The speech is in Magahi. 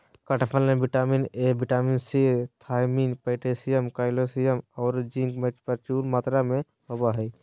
कटहल में vitamin A, vitamin C, thiamine, potassium, calcium औरो जिंक प्रचुर मात्रा में होबा हइ